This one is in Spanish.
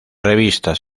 revistas